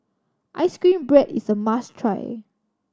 ice cream bread is a must try